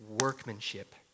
workmanship